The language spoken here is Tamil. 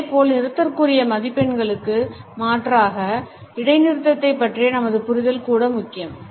இதேபோல் நிறுத்தற்குரிய மதிப்பெண்களுக்கு மாற்றாக இடைநிறுத்தத்தைப் பற்றிய நமது புரிதல் கூட முக்கியம்